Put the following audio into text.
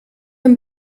een